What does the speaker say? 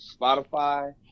Spotify